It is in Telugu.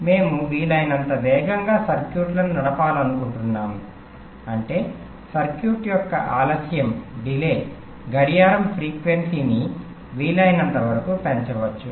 మనము వీలైనంత వేగంగా సర్క్యూట్ను నడపాలనుకుంటున్నాము అంటే సర్క్యూట్ యొక్క ఆలస్యం గడియార ఫ్రీక్వెన్సీని వీలైనంత వరకు పెంచవచ్చు